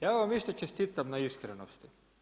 Ja vam isto čestitam na iskrenosti.